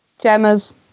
Gemma's